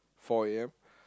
four A_M